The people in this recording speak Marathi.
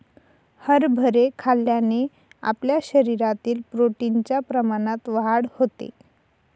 हरभरे खाल्ल्याने आपल्या शरीरातील प्रोटीन च्या प्रमाणात वाढ होते